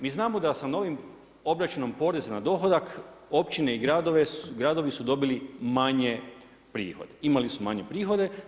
Mi znamo da sa novim obračunom poreza na dohodak općine i gradovi su dobili manje prihoda, imali su manje prihode.